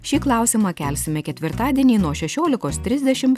šį klausimą kelsime ketvirtadienį nuo šešiolikos trisdešimt